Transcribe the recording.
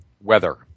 Weather